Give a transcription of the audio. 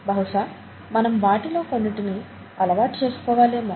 బహుశా మనం వాటిలో కొన్నిటిని అలవాటు చేసుకోవాలేమో